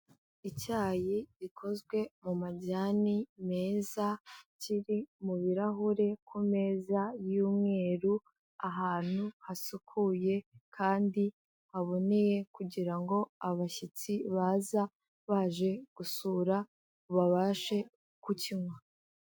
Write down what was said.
Icyayi gikozwe mu majyani meza kiri mu birarahure ku meza y'umweru, ahantu hasukuye kandi haboneye kugira ngo abashyitsi baza baje gusura babashe kukinywa.